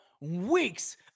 weeks